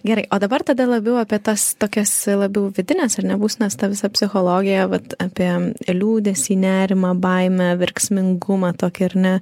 gerai o dabar tada labiau apie tas tokias labiau vidines ar ne būsenas tą visą psichologiją vat apie liūdesį nerimą baimę verksmingumą tokį ar ne